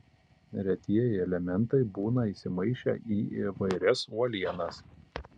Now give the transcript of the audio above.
retieji elementai būna įsimaišę į įvairias uolienas